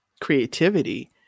creativity